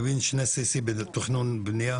אני מבין שני CC בתכנון ובנייה.